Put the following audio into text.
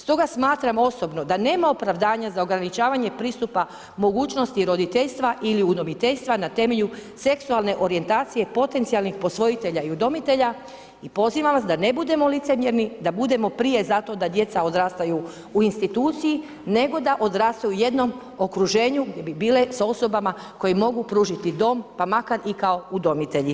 Stoga smatram osobno da nema opravdanja za ograničavanja pristupa mogućnosti roditeljstva ili udomiteljstva na temelju seksualne orijentacije potencijalnih posvojitelja i udomitelja i pozivam vam da ne budemo licemjerni, da budemo prije za to da djeca odrastaju u instituciji nego da odrastaju u jednom okruženju gdje bi bile sa osobama koje im mogu pružiti dom pa makar i kao udomitelji.